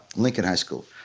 lincoln high school.